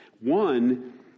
One